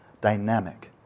dynamic